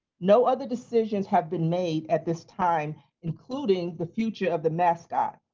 no other decisions have been made at this time including the future of the mascot.